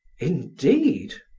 indeed?